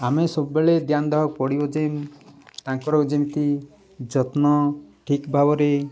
ଆମେ ସବୁବେଳେ ଧ୍ୟାନ ଦେବାକୁ ପଡ଼ିବ ଯେ ତାଙ୍କର ଯେମିତି ଯତ୍ନ ଠିକ୍ ଭାବରେ